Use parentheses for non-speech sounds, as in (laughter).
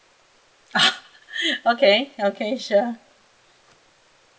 ah (laughs) okay okay sure